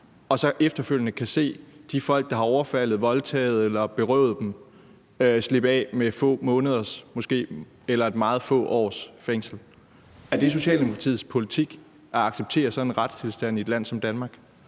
og så efterfølgende kan se de folk, der har overfaldet, voldtaget eller berøvet dem, slippe med få måneders eller måske meget få års fængsel. Er det Socialdemokratiets politik at acceptere sådan en retstilstand i et land som Danmark?